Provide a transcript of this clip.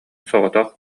соҕотох